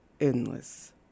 endless